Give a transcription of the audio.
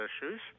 issues